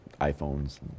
iPhones